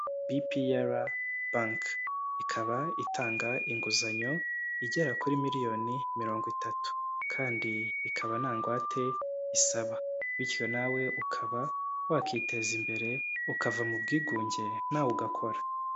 BPR bank ikaba itanga inguzanyo igera kuri miliyoni mirongo itatu kandi ikaba nta ngwate isaba, bityo nawe ukaba wakiteza imbere ukava mu bwigunge nawe ugakora,